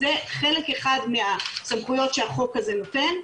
זה חלק אחד מהסמכויות שהחוק הזה נותן.